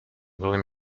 william